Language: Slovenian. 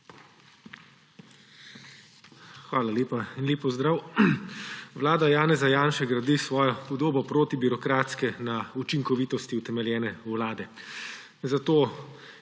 Hvala lepa in lep pozdrav! Vlada Janeza Janše gradi svojo podobo protibirokratske na učinkovitosti utemeljene vlade. Zato